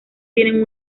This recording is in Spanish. tienen